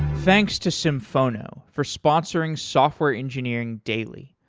thanks to symphono for sponsoring software engineering daily.